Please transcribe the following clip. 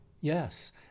Yes